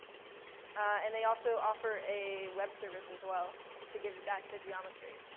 and they also offer a web service as well to give back the geometry.